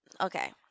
okay